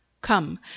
Come